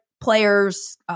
players